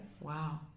Wow